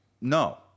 no